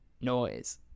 noise